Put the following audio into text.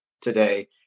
today